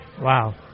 Wow